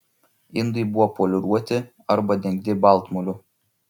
indai buvo poliruoti arba dengti baltmoliu